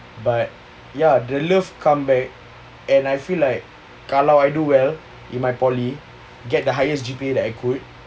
but ya the love come back and I feel like kalau I do well in my poly get the highest G_P_A that I could